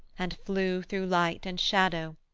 and flew through light and shadow,